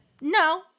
no